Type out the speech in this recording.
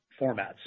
formats